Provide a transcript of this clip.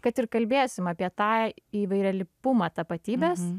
kad ir kalbėsim apie tą įvairialypumą tapatybės